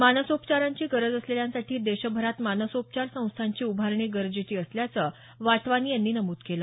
मानसोपचारांची गरज असलेल्यांसाठी देशभरात मानसोपचार संस्थांची उभारणी गरजेची असल्याचं वाटवानी यांनी नमूद केलं